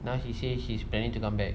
now she say she's planning to come back